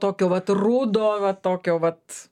tokio vat rudo va tokio vat